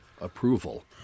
approval